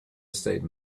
estate